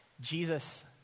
Jesus